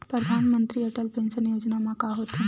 परधानमंतरी अटल पेंशन योजना मा का होथे?